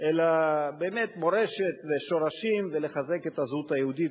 אלא באמת מורשת ושורשים וחיזוק הזהות היהודית,